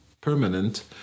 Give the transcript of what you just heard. permanent